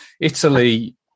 Italy